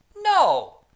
No